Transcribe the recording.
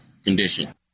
condition